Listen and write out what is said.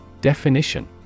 Definition